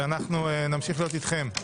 ואנחנו נמשיך להיות אתכם.